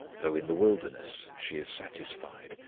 though in the wilderness she is satisfied,